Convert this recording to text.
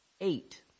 Eight